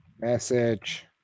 message